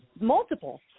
multiple